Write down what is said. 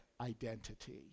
identity